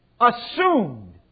assumed